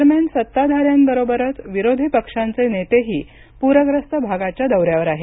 दरम्यान सत्ताधाऱ्यांबरोबरच विरोधी पक्षाचे नेतेही पूर्यस्त भागाच्या दौऱ्यावर आहेत